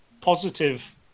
positive